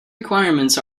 requirements